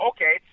Okay